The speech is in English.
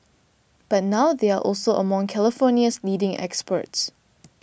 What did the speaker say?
but now they are also among California's leading exports